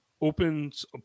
opens